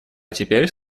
теперь